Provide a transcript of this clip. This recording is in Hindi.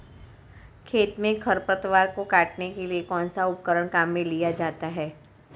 खेत में खरपतवार को काटने के लिए कौनसा उपकरण काम में लिया जाता है?